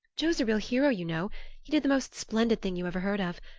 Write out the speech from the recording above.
joe's a real hero, you know he did the most splendid thing you ever heard of.